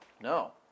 No